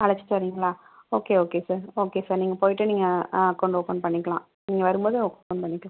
அழைச்சிட்டு வரீங்ளா okay okay sir okay sir நீங்கள் போய்ட்டு நீங்கள் அக்கவுண்ட் ஓபன் பண்ணிக்கலாம் நீங்கள் வரும் போது ஓபன் பண்ணிக்கலாம்